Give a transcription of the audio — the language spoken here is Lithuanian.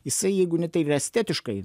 jisai jeigu ne tai yra estetiškai